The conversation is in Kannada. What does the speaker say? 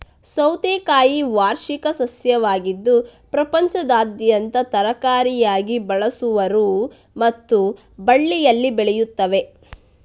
ಸೌತೆಕಾಯಿ ವಾರ್ಷಿಕ ಸಸ್ಯವಾಗಿದ್ದು ಪ್ರಪಂಚದಾದ್ಯಂತ ತರಕಾರಿಯಾಗಿ ಬಳಸುವರು ಮತ್ತು ಬಳ್ಳಿಯಲ್ಲಿ ಬೆಳೆಯುತ್ತವೆ